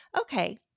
Okay